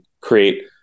create